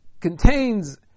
Contains